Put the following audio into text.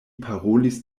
parolis